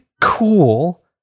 cool